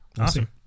awesome